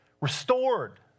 restored